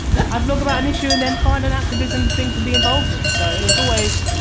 i'd blog about an issue and then find an activism thing to be involved in so it was always,